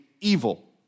evil